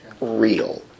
real